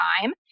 time